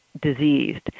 diseased